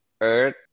Earth